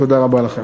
תודה רבה לכם.